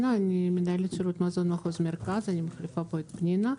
אני מחליפה פה את פנינה.